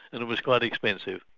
and it was quite expensive.